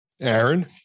Aaron